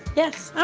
yes, oh,